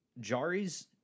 Jari's